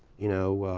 you know,